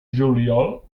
juliol